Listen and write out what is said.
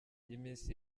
y’iminsi